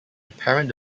apparent